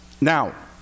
Now